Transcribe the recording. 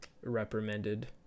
reprimanded